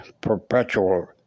perpetual